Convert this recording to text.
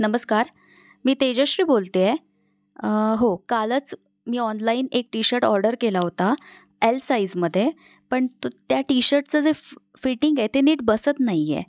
नमस्कार मी तेजश्री बोलते आहे हो कालच मी ऑनलाईन एक टी शर्ट ऑर्डर केला होता एल साईजमध्ये पण तू त्या टी शर्टचं जे फ् फिटिंग आहे ते नीट बसत नाही आहे